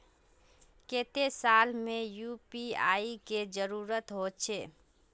केते साल में यु.पी.आई के जरुरत होचे?